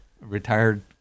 retired